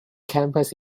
campus